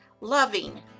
loving